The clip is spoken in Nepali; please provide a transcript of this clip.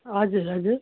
हजुर हजुर